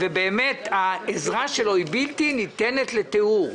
באמת העזרה שלו בלתי ניתנת לתיאור.